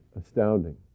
astounding